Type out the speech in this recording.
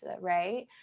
right